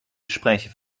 gespräche